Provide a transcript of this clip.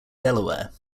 delaware